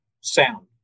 sound